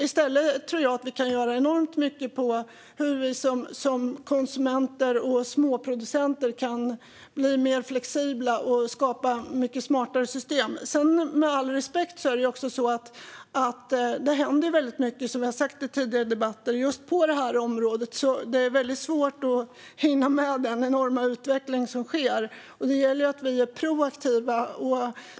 Jag tror att vi i stället kan göra enormt mycket när det gäller hur vi som konsumenter och småproducenter kan bli mer flexibla och skapa mycket smartare system. Med all respekt vill jag också säga att det händer väldigt mycket på det här området, som vi har sagt i tidigare debatter. Det är svårt att hinna med i den enorma utveckling som sker. Det gäller att vi är proaktiva.